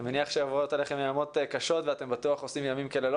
אני מניח שעוברים עליכם ימים קשים ואתם בטוח עושים לילות כימים,